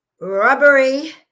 rubbery